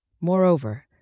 Moreover